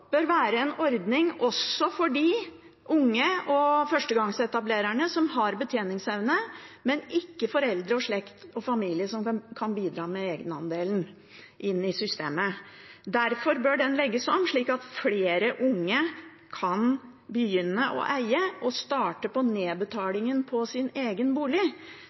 bør være en ordning også for de unge og førstegangsetablererne som har betjeningsevne, men som ikke har foreldre og slekt som kan bidra med egenandelen inn i systemet. Derfor bør den legges om, slik at flere unge kan begynne å eie og starte nedbetalingen av sin egen bolig,